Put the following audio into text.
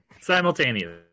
simultaneously